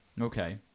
Okay